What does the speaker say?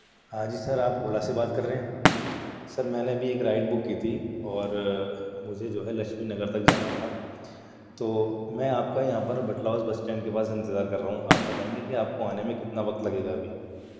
ہاں جی سر آپ اولا سے بات کر رہے ہیں سر میں نے ابھی ایک رائڈ بک کی تھی اور مجھے جو ہے لکشمی نگر تک جانا تھا تو میں آپ کا یہاں پر بٹلہ ہاؤس بس اسٹینڈ کے پاس انتظار کر رہا ہوں آپ بتائیں گے کہ آپ کو آنے میں کتنا وقت لگے گا ابھی